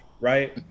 right